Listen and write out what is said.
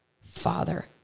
father